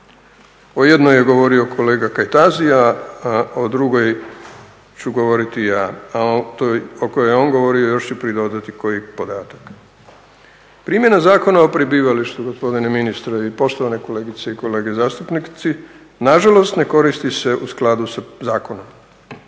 O jednoj je govorio kolega Kajtazi, a o drugoj ću govoriti ja, a o toj o kojoj je on govorio još ću pridodati koji podatak. Primjena Zakona o prebivalištu, gospodine ministre i poštovane kolegice i kolege zastupnici, na žalost ne koristi se u skladu sa zakonom,